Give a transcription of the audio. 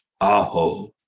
aho